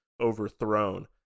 overthrown